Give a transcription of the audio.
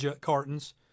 cartons